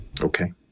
Okay